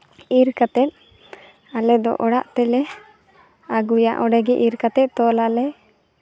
ᱤᱨ ᱠᱟᱛᱮᱫ ᱟᱞᱮ ᱫᱚ ᱚᱲᱟᱜ ᱛᱮᱞᱮ ᱟᱹᱜᱩᱭᱟ ᱚᱸᱰᱮ ᱜᱮ ᱤᱨ ᱠᱟᱛᱮᱫ ᱛᱚᱞ ᱟᱞᱮ